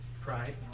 Pride